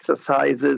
exercises